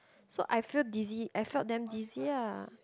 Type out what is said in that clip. so I feel dizzy I felt damn dizzy ah